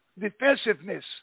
defensiveness